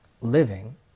living